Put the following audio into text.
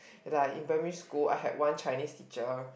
and like in primary school I had one Chinese teacher